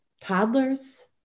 toddlers